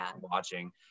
watching